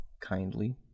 kindly